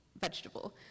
vegetable